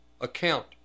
account